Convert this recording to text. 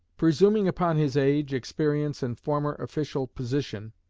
presuming upon his age, experience, and former official position,